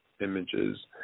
images